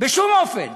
בשום אופן.